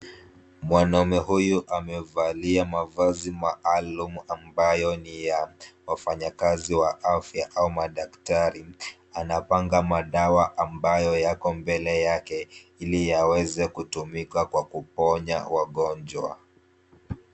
Mwanaume huyu amevalia mavazi maalum ambayo ni ya wafanyakazi wa afya au madaktari. Anapanga madawa ambayo yako mbele yake ili yaweze kutumika kwa kuponya wagonjwa.